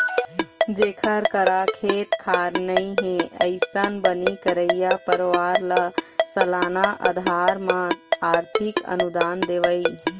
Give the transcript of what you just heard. जेखर करा खेत खार नइ हे, अइसन बनी करइया परवार ल सलाना अधार म आरथिक अनुदान देवई